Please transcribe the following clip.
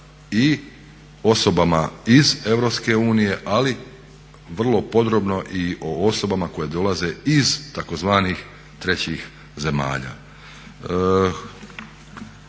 i osobama iz Europske unije, ali vrlo podrobno i o osobama koje dolaze iz tzv. trećih zemalja.